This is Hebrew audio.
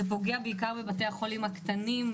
זה פוגע בעיקר בבתי החולים הקטנים,